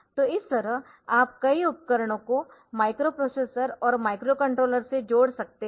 तो इस तरह आप कई उपकरणों को माइक्रोप्रोसेसर और माइक्रोकंट्रोलर से जोड़ सकते है